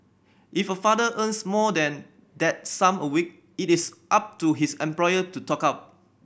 if a father earns more than that sum a week it is up to his employer to top up